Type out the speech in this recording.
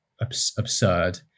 absurd